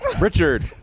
richard